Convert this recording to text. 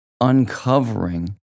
uncovering